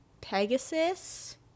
Pegasus